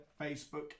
Facebook